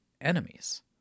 enemies